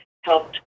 helped